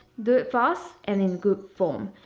do it fast and in good form.